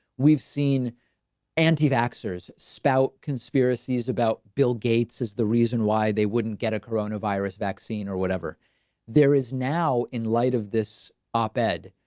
we've seen anti axa's spout conspiracies about bill gates is the reason why they wouldn't get a corona virus vaccine or whatever there is now in light of this op ed.